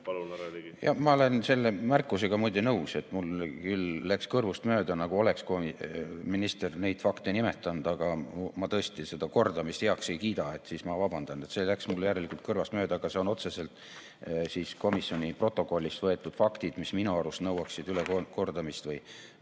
Ma olen selle märkusega muide nõus. Mul läks kõrvust mööda, et minister oleks neid fakte nimetanud, aga ma tõesti seda kordamist heaks ei kiida. Ma vabandan. See läks mul järelikult kõrvust mööda, aga need on otseselt komisjoni protokollist võetud faktid, mis minu arust nõuaksid ülekordamist või